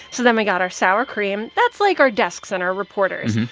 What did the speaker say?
so then we got our sour cream. that's like our desks and our reporters.